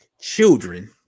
children